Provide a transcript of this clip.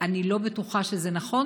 אני לא בטוחה שזה נכון,